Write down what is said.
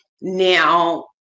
Now